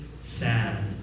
Sad